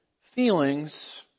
feelings